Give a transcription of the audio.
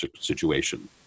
situation